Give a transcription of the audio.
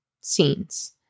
scenes